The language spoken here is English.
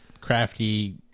crafty